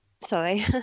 sorry